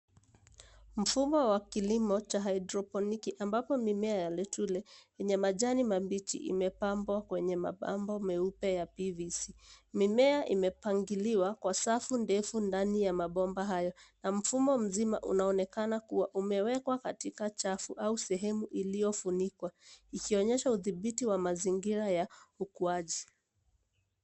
Mfumo wa kilimo cha haidroponiki ambapo mimea ya letule yenye majani mabichi imepambwa kwenye mabomba meupe ya PVC . Mimea imepangiliwa kwa safu ndefu ndani ya mabomba hayo na mfumo mzima unaonekana kuwa umewekwa katika chafu au sehemu iliyofunikwa, ikionyesha udhibiti wa mazingira ya ukuaji.